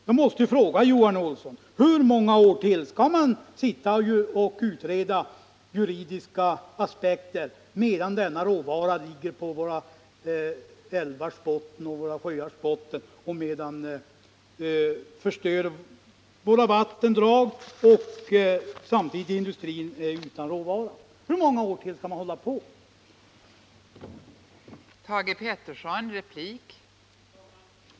Jag måste fråga Johan Olsson: Hur många år till skall man sitta och utreda juridiska aspekter medan denna råvara ligger på botten av våra älvar och sjöar och förstör vattendragen, medan samtidigt industrin är utan råvara? Hur många år till skall man hålla på med detta?